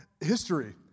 history